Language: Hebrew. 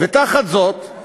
ותחת זאת יש